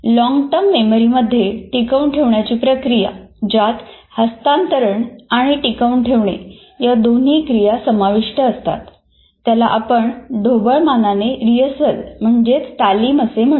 long term memory मध्ये टिकवून ठेवण्याची प्रक्रिया ज्यात हस्तांतरण आणि टिकवून ठेवणे या दोन्ही क्रिया समाविष्ट असतात त्याला आपण ढोबळमानाने रिहर्सल असे म्हणतो